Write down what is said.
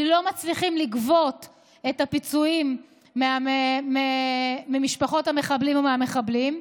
כי לא מצליחים לגבות את הפיצויים ממשפחות המחבלים או מהמחבלים,